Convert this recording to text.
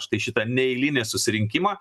štai šitą neeilinį susirinkimą